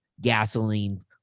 gasoline